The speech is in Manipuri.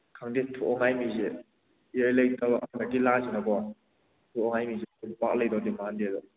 ꯈꯪꯗꯦ ꯊꯣꯛꯑꯥ ꯃꯥꯏ ꯃꯤꯁꯦ ꯏꯔꯩ ꯂꯩꯇꯕ ꯍꯟꯗꯛꯀꯤ ꯂꯥꯟꯁꯤꯅꯀꯣ ꯑꯗꯣ ꯃꯥꯒꯤ ꯃꯤꯁꯦ ꯄꯥꯛ ꯂꯩꯗꯧꯗ ꯃꯥꯟꯗꯦ ꯑꯗꯨ